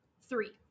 Three